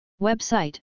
Website